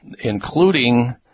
including